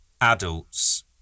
adults